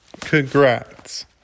Congrats